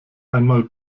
einmal